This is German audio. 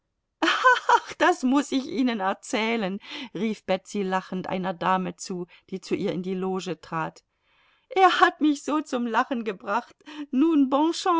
das muß ich ihnen erzählen rief betsy lachend einer dame zu die zu ihr in die loge trat er hat mich so zum lachen gebracht nun